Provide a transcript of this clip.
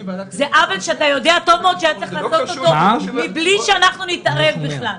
זה עוול שאתה יודע טוב מאוד שהיה צריך לתקן מבלי שאנחנו נתערב בכלל.